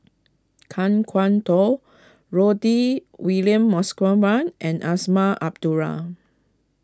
Kan Kwok Toh Rudy William Mosbergen and Azman Abdullah